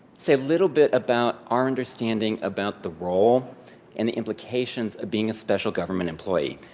say a little bit about our understanding about the role and the implications of being a special government employee.